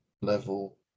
level